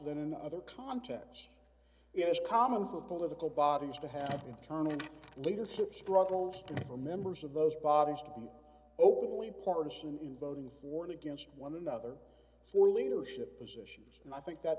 than in other contexts it is common for political bodies to have internal leadership struggle for members of those bodies to be openly partisan in voting for and against one another for leadership positions and i think that